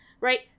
right